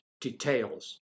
details